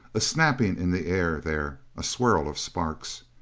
a snapping in the air, there a swirl of sparks.